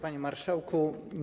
Panie Marszałku!